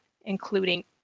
including